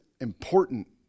important